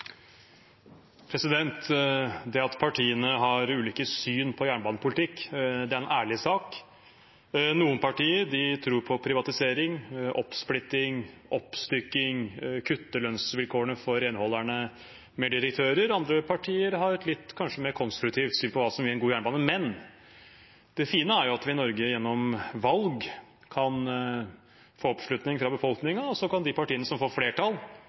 en ærlig sak. Noen partier tror på privatisering, oppsplitting, oppstykking, kutting i lønnsvilkårene for renholderne, flere direktører. Andre partier har et kanskje litt mer konstruktivt syn på hva som vil gi en god jernbane. Det fine er at vi i Norge gjennom valg kan få oppslutning fra befolkningen, og så kan de partiene som får flertall